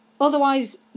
Otherwise